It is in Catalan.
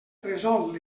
resol